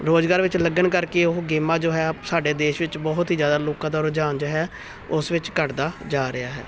ਰੁਜ਼ਗਾਰ ਵਿੱਚ ਲੱਗਣ ਕਰਕੇ ਉਹ ਗੇਮਾਂ ਜੋ ਹੈ ਸਾਡੇ ਦੇਸ਼ ਵਿੱਚ ਬਹੁਤ ਹੀ ਜ਼ਿਆਦਾ ਲੋਕਾਂ ਦਾ ਰੁਝਾਨ ਜੋ ਹੈ ਉਸ ਵਿੱਚ ਘਟਦਾ ਜਾ ਰਿਹਾ ਹੈ